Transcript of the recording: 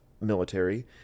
military